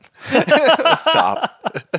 stop